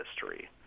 history